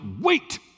wait